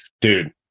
dude